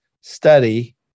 study